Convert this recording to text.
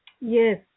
yes